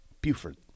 Buford